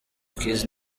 keys